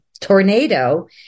tornado